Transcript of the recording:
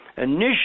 Initially